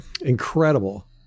incredible